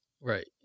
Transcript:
right